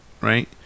right